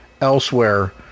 elsewhere